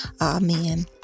Amen